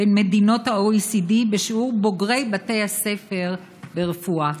בין מדינות ה-OECD בשיעור בוגרי בתי הספר לרפואה.